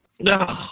No